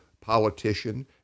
politician